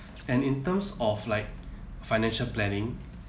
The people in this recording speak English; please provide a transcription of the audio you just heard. and in terms of like financial planning